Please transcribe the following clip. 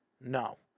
No